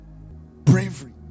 Bravery